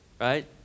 right